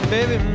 Baby